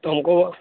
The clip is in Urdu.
تو ہم کو